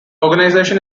organization